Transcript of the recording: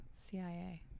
CIA